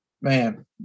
Man